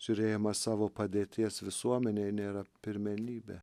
žiūrėjimas savo padėties visuomenėj nėra pirmenybė